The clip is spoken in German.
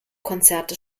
konzerte